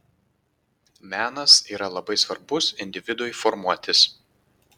menas yra labai svarbus individui formuotis